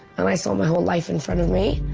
and i saw my whole life in front of me,